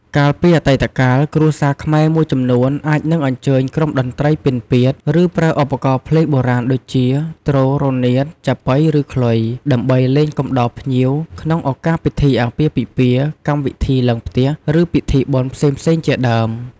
កាលពីអតីតកាល គ្រួសារខ្មែរមួយចំនួនអាចនឹងអញ្ជើញក្រុមតន្ត្រីពិណពាទ្រ ឬ ប្រើឧបករណ៍ភ្លេងបុរាណដូចជា ទ្រ រនាថ ចាបុី ឬ ខ្លុយ ដើម្បីលេងកំដរភ្ញៀវក្នុងឱកាស ពិធីអាពាហ៍ពិពាហ៍ កម្មវិធីឡើងផ្ទះ ឬពិធីបុណ្យផ្សេងៗជាដើម។